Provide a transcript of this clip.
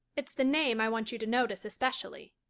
it's the name i want you to notice especially,